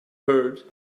heard